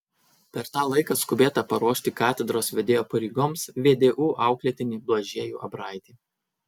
per tą laiką skubėta paruošti katedros vedėjo pareigoms vdu auklėtinį blažiejų abraitį